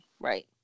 Right